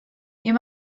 you